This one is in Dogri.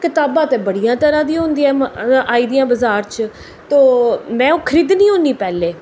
कताबां ते बड़ी तरह् दियां होंदियां न आई दियां बज़ार च तो में ओह् खरीदनी होन्नी पैह्लें